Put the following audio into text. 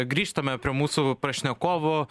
grįžtame prie mūsų pašnekovų